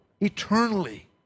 eternally